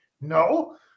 no